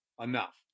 enough